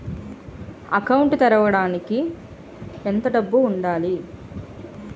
Account తెరవడానికి ఎంత డబ్బు ఉండాలి?